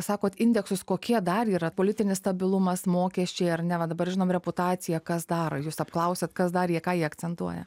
sakot indeksus kokie dar yra politinis stabilumas mokesčiai ar ne va dabar žinom reputacija kas dar jūs apklausėt kas dar ką jie akcentuoja